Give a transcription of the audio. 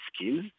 skills